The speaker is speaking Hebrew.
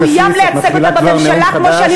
אתה מחויב לייצג אותם בממשלה כמו שאני